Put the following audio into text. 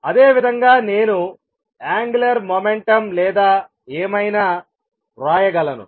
అదేవిధంగా నేను angular momentum లేదా ఏమైనా వ్రాయగలను